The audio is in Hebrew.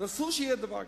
אסור שיהיה דבר כזה.